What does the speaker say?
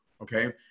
Okay